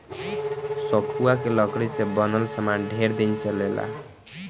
सखुआ के लकड़ी से बनल सामान ढेर दिन चलेला